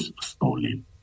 stolen